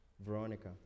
Veronica